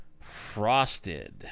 frosted